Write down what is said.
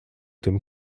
tym